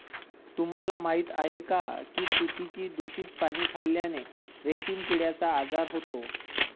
तुम्हाला माहीत आहे का की तुतीची दूषित पाने खाल्ल्याने रेशीम किड्याचा आजार होतो